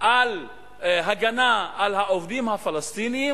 על הגנה על העובדים הפלסטינים,